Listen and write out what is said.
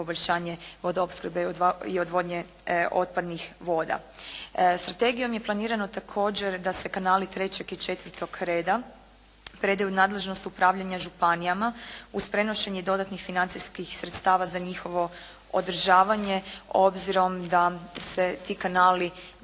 poboljšanje vodoopskrbe i odvodnje otpadnih voda. Strategijom je planirano također da se kanali 3. i 4. reda predaju u nadležnost upravljanja županijama uz prenošenje dodatnih financijskih sredstava za njihovo održavanje obzirom da se ti kanali